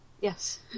Yes